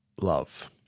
love